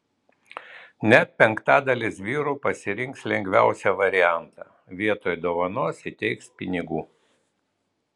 net penktadalis vyrų pasirinks lengviausią variantą vietoj dovanos įteiks pinigų